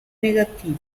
negativa